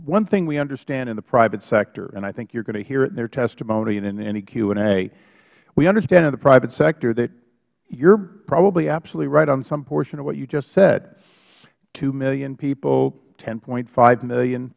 one thing we understand in the private sector and i think you are going to hear it in their testimony and in any q and a we understand in the private sector that you are probably absolutely right on some portion of what you just said two million people ten point five million